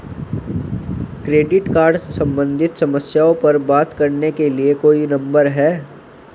Credit card सम्बंधित समस्याओं पर बात करने के लिए कोई नंबर है?